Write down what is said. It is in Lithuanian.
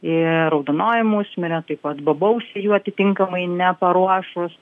ir raudonoji musmirė kaip pat bobausiai jų atitinkamai neparuošus